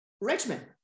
Richmond